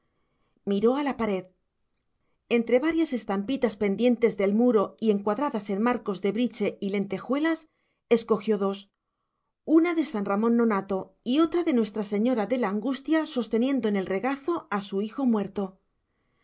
miró a la pared entre varias estampitas pendientes del muro y encuadradas en marcos de briche y lentejuelas escogió dos una de san ramón nonnato y otra de nuestra señora de la angustia sosteniendo en el regazo a su hijo muerto